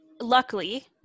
luckily